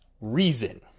reason